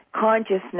consciousness